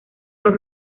los